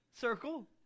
circle